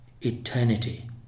eternity